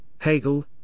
Hegel